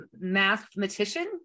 mathematician